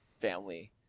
family